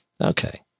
Okay